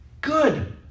Good